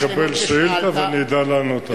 אני אקבל שאילתא ואני אדע לענות,